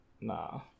Nah